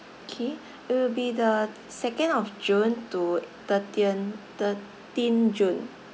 K it'll be the second of june to thirtieth thirteen june